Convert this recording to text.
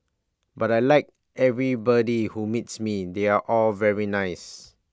but I Like everybody who meets me they're all very nice